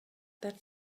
that